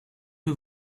que